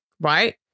right